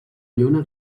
lluna